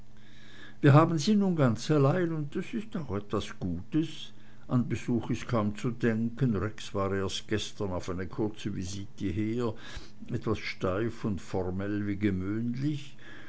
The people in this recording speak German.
wir haben sie nun ganz allein und das ist auch etwas gutes an besuch ist kaum zu denken rex war erst gestern auf eine kurze visite hier etwas steif und formell wie gewöhnlich